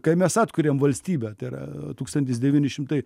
kai mes atkuriam valstybę tai yra tūkstantis devyni šimtai